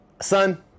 son